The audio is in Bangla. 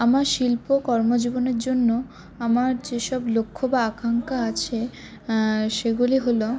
আমার শিল্প কর্ম জীবনের জন্য আমার যে সব লক্ষ্য বা আকাঙ্খা আছে সেগুলি হল